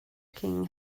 king